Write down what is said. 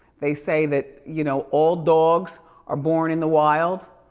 they say that, you know, all dogs are born in the wild.